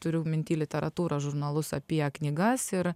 turiu minty literatūrą žurnalus apie knygas ir